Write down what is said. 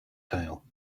tail